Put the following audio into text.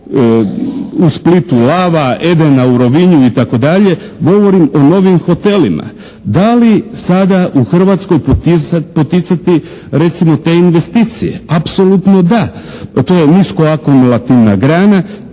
u Splitu "Lava", "Edena" u Rovinju itd., govorim o novim hotelima. Da li sada u Hrvatskoj poticati recimo te investicije? Apsolutno da. To je niskoakumulativna grana